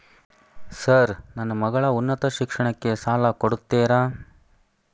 Sir ನನ್ನ ಮಗಳ ಉನ್ನತ ಶಿಕ್ಷಣಕ್ಕೆ ಸಾಲ ಕೊಡುತ್ತೇರಾ?